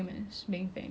has a lot of power